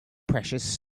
precious